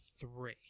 three